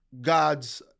gods